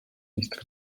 nichts